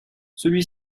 celui